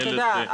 אתה יודע,